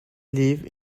live